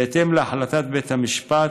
בהתאם להחלטת בית המשפט,